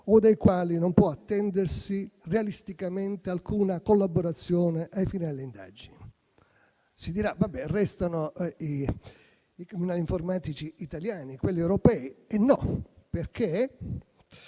o dai quali non può attendersi realisticamente alcuna collaborazione ai fini delle indagini. Si dirà che arrestano i criminali informatici italiani e quelli europei, ma non è